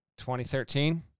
2013